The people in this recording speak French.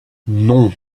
non